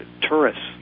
tourists